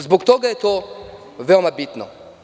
Zbog toga je to veoma bitno.